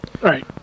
right